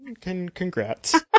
congrats